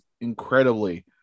incredibly